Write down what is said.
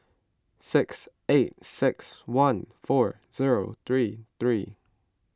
six eight six one four zero three three